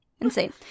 Insane